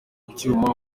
icyuma